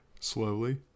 slowly